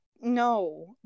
No